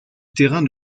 terrain